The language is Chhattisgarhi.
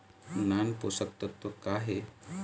नान पोषकतत्व का हे?